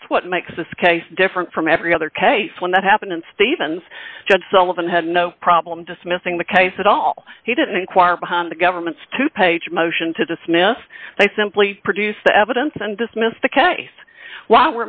that's what makes this case different from every other case when that happened and stevens judge sullivan had no problem dismissing the case at all he didn't inquire behind the government's two page motion to dismiss they simply produce the evidence and dismiss the case why